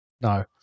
No